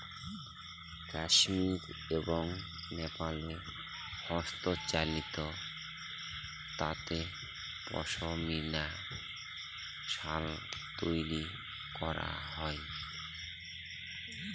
কাশ্মির এবং নেপালে হস্তচালিত তাঁতে পশমিনা শাল তৈরী করা হয়